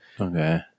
Okay